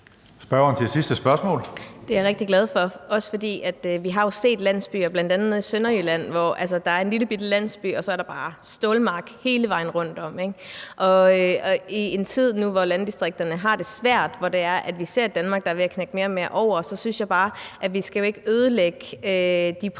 Susie Jessen (DD): Det er jeg rigtig glad for. For vi har jo set bl.a. nede i Sønderjylland, at der er en lillebitte landsby, hvor der så bare er stålmark hele vejen rundtom. Og nu i en tid, hvor landdistrikterne har det svært, og hvor vi ser et Danmark, der er ved at knække mere og mere over, synes jeg bare, at vi ikke skal ødelægge de primære